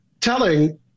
telling